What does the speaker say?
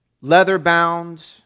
leather-bound